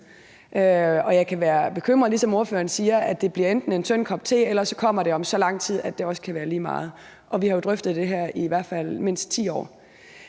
Jeg kan være bekymret for, at det enten, som ordføreren siger, bliver en tynd kop te, eller også kommer det om så lang tid, at kan være lige meget. Og vi har drøftet det her i i hvert fald mindst 10 år.